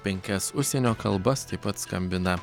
penkias užsienio kalbas taip pat skambina